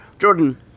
Jordan